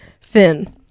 Finn